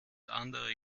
andere